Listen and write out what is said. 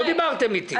לא דיברתם איתי.